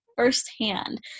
firsthand